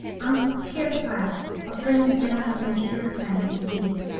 i'm terrified of bringing down a french aeroplane, he said.